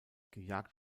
gejagt